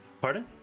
Pardon